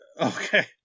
Okay